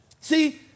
See